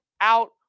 out